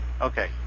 okay